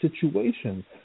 situations